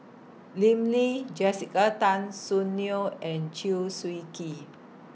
Lim Lee Jessica Tan Soon Neo and Chew Swee Kee